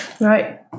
Right